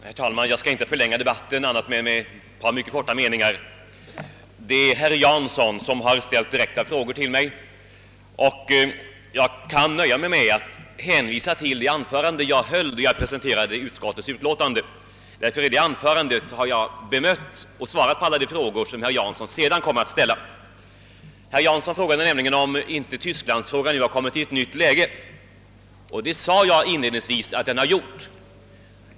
Herr talman! Jag skall bara förlänga denna debatt med några meningar. Herr Jansson ställde en del direkta frågor till mig, men jag skulle kunna nöja mig med att hänvisa till det anförande jag höll när jag presenterade utskottets utlåtande. Då bemötte jag herr Janssons synpunkter och besvarade alla de frågor som herr Jansson sedan framställde. Herr Jansson frågade bl.a., om inte Tysklandsfrågan nu hade kommit i ett nytt läge. Det sade jag inledningsvis att den hade gjort.